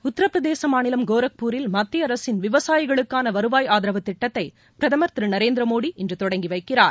உத்தரப்பிரதேச மாநிலம் கோரக்பூரில் மத்திய அரசின் விவசாயிகளுக்கான வருவாய் ஆதரவு திட்டத்தை பிரதமர் திரு நரேந்திர மோடி இன்று தொடங்கி வைக்கிறார்